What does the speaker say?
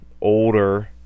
older